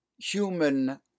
human